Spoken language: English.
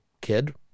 kid